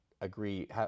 agree